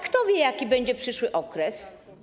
Kto wie, jaki będzie przyszły okres?